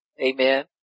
Amen